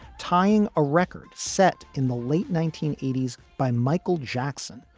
tying a record set in the late nineteen eighty s by michael jackson,